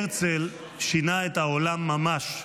הרצל שינה את העולם ממש.